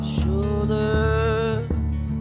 Shoulders